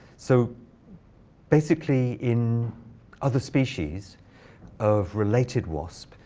so basically, in other species of related wasp,